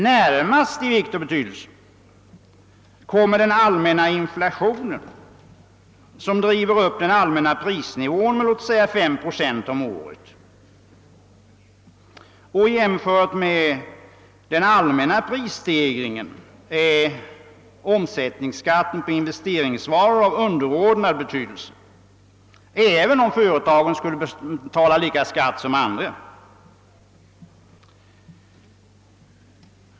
Närmast i vikt och betydelse kommer den allmänna inflationen, som driver upp prisnivån med låt oss säga 5 procent om året. I jämförelse med den allmänna prisstegringen är omsättningsskatten på investeringsvaror av underordnad betydelse, även om företagen skulle betala samma skatt som andra.